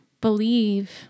believe